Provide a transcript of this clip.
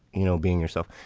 you know, being yourself,